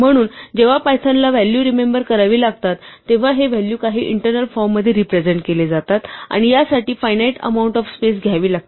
म्हणून जेव्हा पायथॉन ला व्हॅलू रिमेम्बर करावी लागतात तेव्हा हे व्हॅलू काही इंटर्नल फॉर्म मध्ये रिप्रेझेन्ट केले जातात आणि यासाठी फायनाईट अमाऊंट ऑफ स्पेस घ्यावी लागते